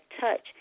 touch